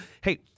hey